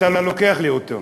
אתה לוקח לי אותו.